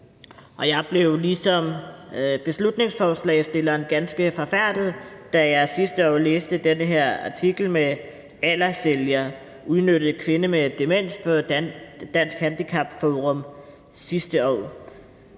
jeg blev ligesom beslutningsforslagsstillerne ganske forfærdet, da jeg sidste år læste den her artikel om »Aller-sælger udnyttede kvinde med demens« fra Dansk Handicap Forum. For det er